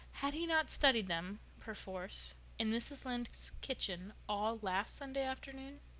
had he not studied them perforce in mrs. lynde's kitchen, all last sunday afternoon?